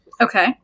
Okay